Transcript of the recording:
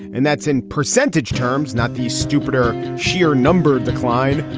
and that's in percentage terms, not the stupider sheer numbers decline.